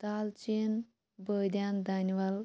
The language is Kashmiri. دالچیٖن بٲدیان دانہ وَل